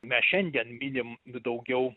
mes šiandien minim daugiau